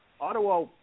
Ottawa